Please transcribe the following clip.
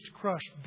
crushed